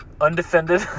undefended